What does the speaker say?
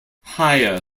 higher